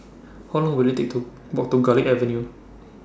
How Long Will IT Take to Walk to Garlick Avenue